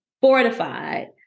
fortified